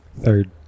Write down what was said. Third